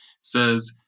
says